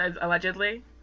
allegedly